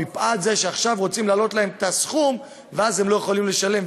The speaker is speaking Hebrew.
מפאת זה שעכשיו רוצים להעלות להם את הסכום והם לא יכולים לשלם.